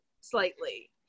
slightly